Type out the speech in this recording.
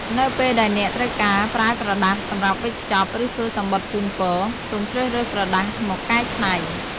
នៅពេលដែលអ្នកត្រូវការប្រើក្រដាសសម្រាប់វេចខ្ចប់ ឬធ្វើំសំបុត្រជូនពរ សូមជ្រើសរើស ក្រដាសមកកែច្នៃ ។